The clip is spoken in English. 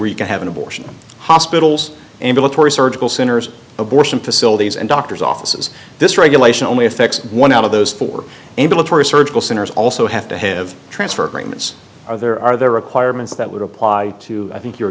where you can have an abortion hospital's ambulatory surgical centers abortion facilities and doctor's offices this regulation only affects one out of those four ambulatory surgical centers also have to have transfer agreements or there are the requirements that would apply to i think you